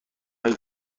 هایی